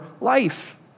life